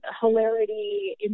hilarity